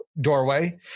doorway